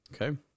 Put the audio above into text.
Okay